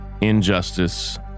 injustice